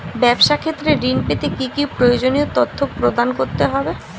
ব্যাবসা ক্ষেত্রে ঋণ পেতে কি কি প্রয়োজনীয় তথ্য প্রদান করতে হবে?